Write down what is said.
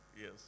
Yes